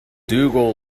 dougal